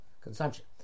consumption